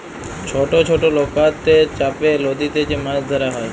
ছট ছট লকাতে চাপে লদীতে যে মাছ ধরা হ্যয়